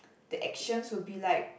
the actions would be like